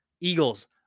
Eagles